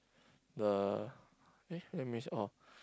the eh that means oh